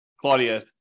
Claudia